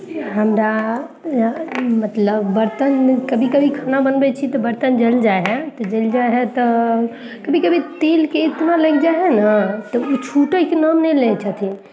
हमरा मतलब बर्तन कभी कभी खाना बनबै छी तऽ बर्तन जल जाइ ह शइ तऽ जरि जाइ हइ तऽ कभी कभी तेलके इतना लागि जाइ हइ ने तऽ ओ छूटैके नाम नहि लै छथिन